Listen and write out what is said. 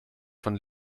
von